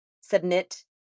submit